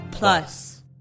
plus